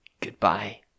Goodbye